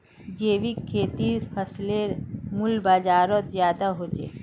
जैविक खेतीर फसलेर मूल्य बजारोत ज्यादा होचे